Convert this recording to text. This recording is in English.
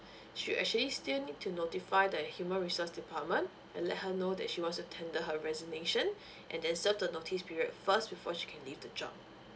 she'll actually still need to notify the human resource department and let her know that she wants to tender her resignation and then serve the notice period first before she can leave the job